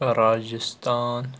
Rajasthan